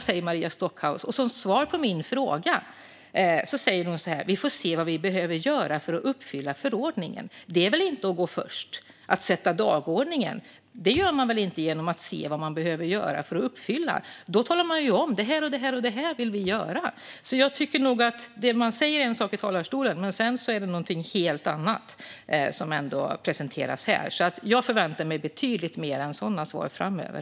Som svar på min fråga säger hon: Vi får se vad vi behöver göra för att uppfylla förordningen. Det är väl inte att gå först? Att sätta dagordningen gör man väl inte genom att se vad man behöver göra för att uppfylla förordningen, utan det gör man genom att tala om vad man vill göra. Man säger en sak i talarstolen, men sedan är det något helt annat som presenteras. Jag förväntar mig betydligt mer än bara den typen av svar framöver.